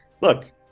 look